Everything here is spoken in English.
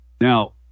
Now